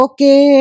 Okay